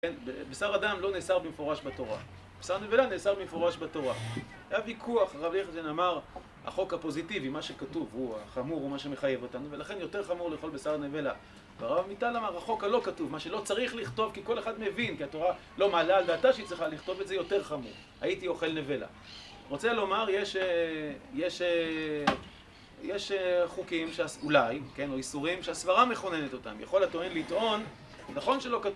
בשר אדם לא נאסר במפורש בתורה בשר נבלה נאסר במפורש בתורה. היה ויכוח, רבי אמר החוק הפוזיטיבי, מה שכתוב הוא החמור, הוא מה שמחייב אותנו ולכן יותר חמור לאכול בשר נבלה הרב מיטל אמר, החוק הלא כתוב, מה שלא צריך לכתוב כי כל אחד מבין, כי התורה לא מעלה על דעתה שהיא צריכה לכתוב את זה יותר חמור הייתי אוכל נבלה רוצה לומר, יש א... יש א.. יש א.. חוקים אולי, כן, או איסורים שהסברה מכוננת אותם, יכול הטוען לטעון נכון שלא כתוב